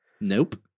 nope